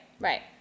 right